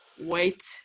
wait